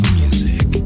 music